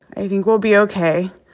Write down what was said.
i think we'll be okay.